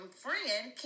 friend